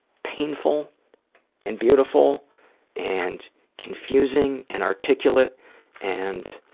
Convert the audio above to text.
painful and beautiful and confusing and articulate and,